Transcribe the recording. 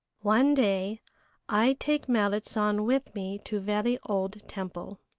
one day i take merrit san with me to very old temple.